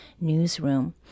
Newsroom